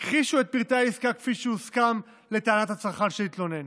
הכחישו את פרטי העסקה כפי שהוסכם לטענת הצרכן שהתלונן.